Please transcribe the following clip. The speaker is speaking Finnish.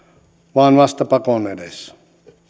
vaan vasta pakon edessä